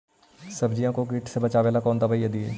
सब्जियों को किट से बचाबेला कौन सा दबाई दीए?